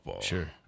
Sure